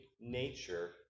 nature